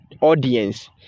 audience